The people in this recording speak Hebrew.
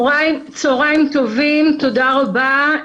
צהריים טובים, תודה רבה,